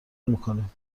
میکنیم